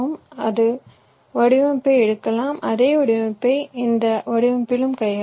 அதன் வடிவமைப்பை எடுக்கலாம் அதே வடிவமைப்பை இந்த வடிவமைப்பிலும் வைக்கலாம்